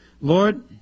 lord